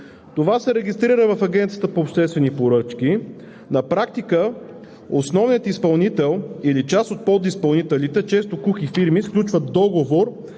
Тя се регистрира в Агенцията по обществени поръчки. На практика основният изпълнител или част от подизпълнителите – често кухи фирми, сключват договор